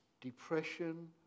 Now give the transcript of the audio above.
depression